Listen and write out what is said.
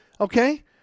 Okay